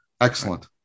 Excellent